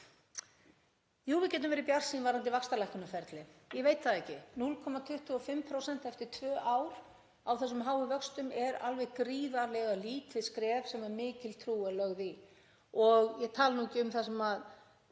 við getum verið bjartsýn varðandi vaxtalækkunarferlið, ég veit það ekki. 0,25% eftir tvö ár á þessum háu vöxtum er alveg gríðarlega lítið skref sem mikil trú er lögð í og ég tala nú ekki um þar sem